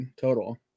total